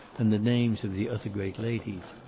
and the names of the other great ladies.